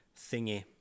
thingy